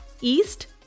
East